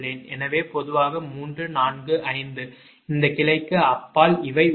எனவே பொதுவாக 345 இந்த கிளைக்கு அப்பால் இவை உள்ளன